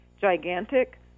gigantic